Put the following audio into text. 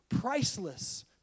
priceless